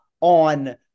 on